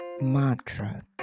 mantra